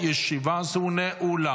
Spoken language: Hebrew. הודעה ליושב-ראש ועדת הכנסת, בבקשה.